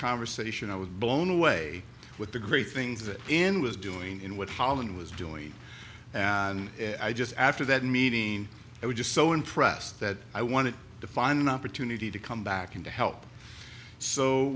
conversation i was blown away with the great things that end was doing in what holland was doing and i just after that meeting i was just so impressed that i want to define an opportunity to come back and to help so